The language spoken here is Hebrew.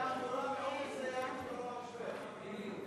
ההשגה הראשונה של חברי הכנסת אורי מקלב,